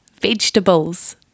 vegetables